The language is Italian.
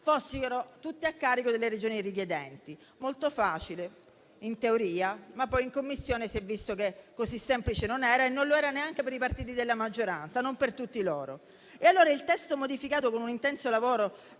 fossero tutte a carico delle Regioni richiedenti. Molto facile, in teoria, ma poi in Commissione si è visto che così semplice non era e non lo era neanche per i partiti della maggioranza, non per tutti loro. Il testo modificato grazie a un intenso lavoro